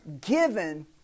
given